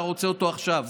אתה רוצה אותו עכשיו.